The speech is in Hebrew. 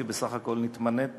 כי בסך הכול נתמניתי